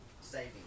saving